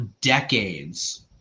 decades